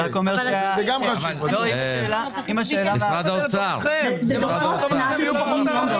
כביש 6 הוא פרטי.